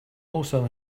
also